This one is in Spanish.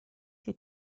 que